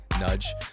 nudge